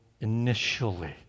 initially